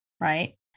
right